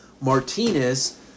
Martinez